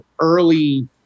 early